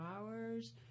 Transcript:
hours